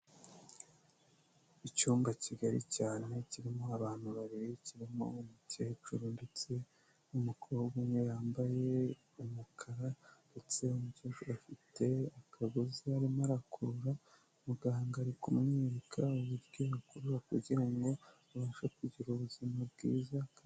Icyumba kigari cyane kirimo abantu babiri, kirimo umukecuru ndetse n'umukobwa, umwe yambaye umukara ndetse umukecuru afite akagozi arimo arakurura, muganga ari kumwereka uburyo bakurura kugira ngo abashe kugira ubuzima bwiza.